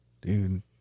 Dude